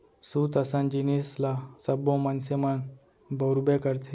सूत असन जिनिस ल सब्बो मनसे मन बउरबे करथे